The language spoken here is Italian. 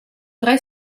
tre